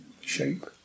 shape